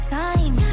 time